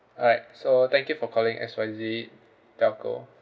all right so thank you for calling X Y Z telco